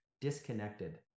disconnected